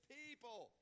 people